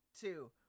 two